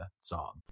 song